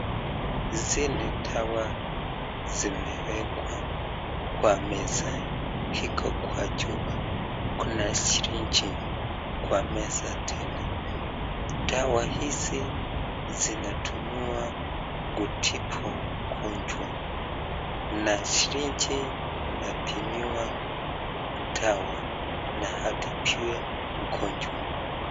Hizi ni dawa zimewekwa kwa meza iko kwa chupa ,kuna syringe kwa meza tena dawa hizi zinatumiwa kutibu ugonjwa na syringe inapimiwa dawa na atibiwe ugonjwa.